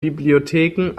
bibliotheken